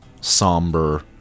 somber